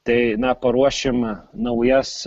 tai na paruošim naujas